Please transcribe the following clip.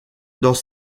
dans